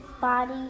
body